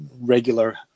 regular